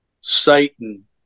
Satan